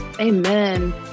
amen